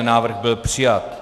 Návrh byl přijat.